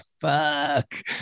fuck